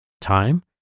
time